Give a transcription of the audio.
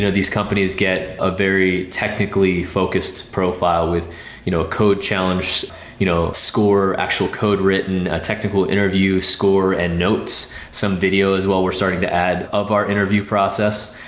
these companies get a very technically focused profile with you know a code challenge you know score, actual code written, ah technical interview score and notes, some video as well. we're starting to add of our interview process,